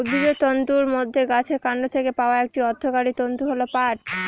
উদ্ভিজ্জ তন্তুর মধ্যে গাছের কান্ড থেকে পাওয়া একটি অর্থকরী তন্তু হল পাট